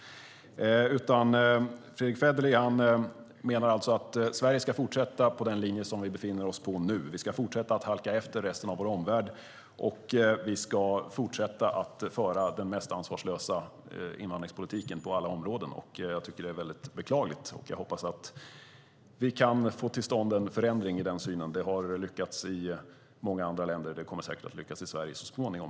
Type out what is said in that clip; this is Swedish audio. Fredrick Federley menar alltså att Sverige ska fortsätta på den linje som vi befinner oss på nu. Vi ska fortsätta att halka efter vår omvärld. Vi ska fortsätta att föra den mest ansvarslösa invandringspolitiken på alla områden. Jag tycker att det är mycket beklagligt. Jag hoppas att vi kan få till stånd en förändring av den synen. Det har lyckats i många andra länder, och det kommer säkert att lyckas i Sverige så småningom.